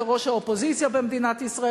כראש האופוזיציה במדינת ישראל.